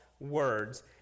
words